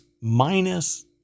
minus